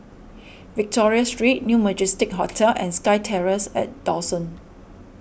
Victoria Street New Majestic Hotel and SkyTerrace at Dawson